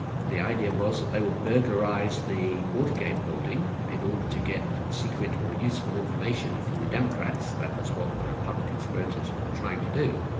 the idea was that they would burglarise the watergate building in order to get secret or useful information from the democrats. that was what the republican conspirators but were trying to do,